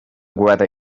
weather